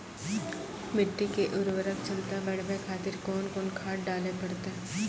मिट्टी के उर्वरक छमता बढबय खातिर कोंन कोंन खाद डाले परतै?